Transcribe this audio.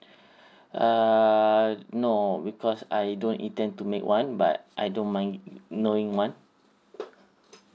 err no because I don't intend to make one but I don't mind knowing one